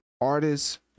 artists